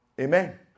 Amen